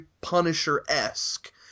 Punisher-esque